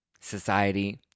society